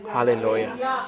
Hallelujah